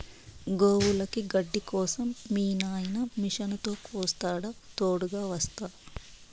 గోవులకి గడ్డి కోసం మీ నాయిన మిషనుతో కోస్తాడా తోడుగ వస్తా